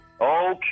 Okay